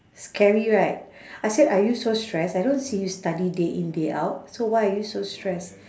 scary right I said are you so stressed I don't see you study day in day out so why are you so stressed